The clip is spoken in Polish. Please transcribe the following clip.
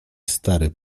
stary